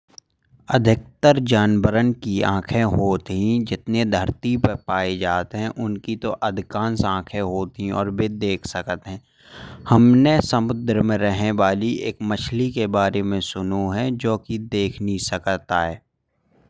अधिकतर जानवरन की आँखें हॉट हैं। जितने धरती पे पाए जात उनकी तो। अधिकांश आँखें हॉट ही और बे देख सकत हैं। हमने समुद्र में रहे वाली एक मछ्ली के बारे में सुनो है। जो की देख नहीं सकत आए।